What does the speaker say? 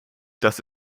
dass